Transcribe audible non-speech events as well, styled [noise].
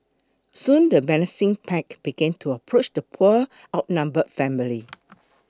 soon the menacing pack began to approach the poor outnumbered family [noise]